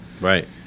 right